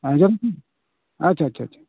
ᱟᱸᱡᱚᱢ ᱟᱪᱪᱷᱟ ᱟᱪᱪᱷᱟ ᱟᱪᱪᱷᱟ